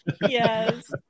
Yes